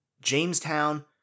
Jamestown